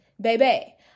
Baby